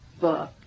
book